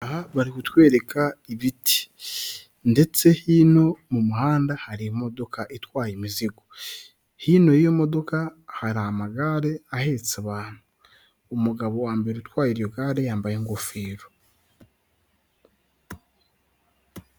Bari kutwereka ibiti ndetse hino mu muhanda hari imodoka itwaye imizigo, hino y'imodoka hari amagare ahetse abantu, umugabo wa mbere utwaye iryogare yambaye ingofero.